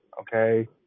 okay